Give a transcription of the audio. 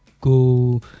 go